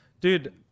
Dude